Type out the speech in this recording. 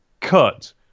cut